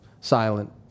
silent